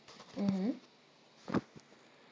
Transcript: mmhmm